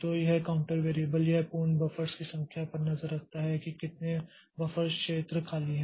तो यह counter variable यह पूर्ण बफ़र्स की संख्या पर नज़र रखता है कि कितने बफर क्षेत्र खाली हैं